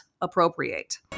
appropriate